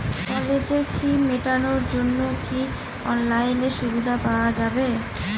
কলেজের ফি মেটানোর জন্য কি অনলাইনে সুবিধা পাওয়া যাবে?